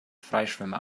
freischwimmer